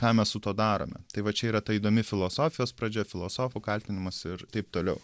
ką mes su tuo darome tai va čia yra ta įdomi filosofijos pradžia filosofų kaltinimas ir taip toliau